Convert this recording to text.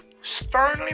sternly